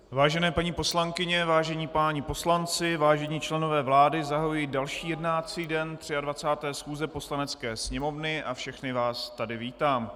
Vážené paní poslankyně, vážení páni poslanci, vážení členové vlády, zahajuji další jednací den 23. schůze Poslanecké sněmovny a všechny vás tady vítám.